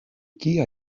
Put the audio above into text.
kia